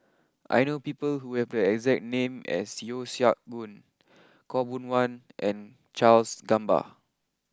I know people who have the exact name as Yeo Siak Goon Khaw Boon Wan and Charles Gamba